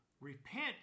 repent